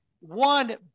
One